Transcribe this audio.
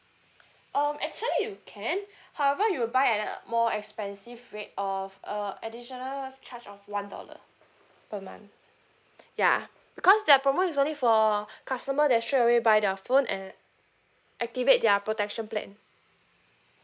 um actually you can however you'll buy at a more expensive rate of a additional charge of one dollar per month ya because that promo is only for customer that straight away buy their phone and activate their protection plan